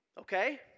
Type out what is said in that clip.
Okay